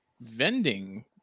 vending